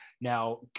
Now